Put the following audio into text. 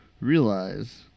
realize